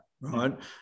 right